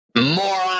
Moron